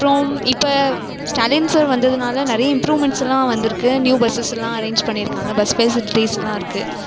அப்புறம் இப்போ ஸ்டாலின் சார் வந்ததுனால் நிறைய இம்ப்ரூவ்மென்ட்ஸ் எல்லாம் வந்திருக்கு நியூ பஸ்ஸெயெல்லாம் அரேஞ் பண்ணியிருக்காங்க பஸ் ஃபெசிலிட்டிஸ்யெலாம் இருக்குது